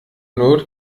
not